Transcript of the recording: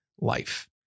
life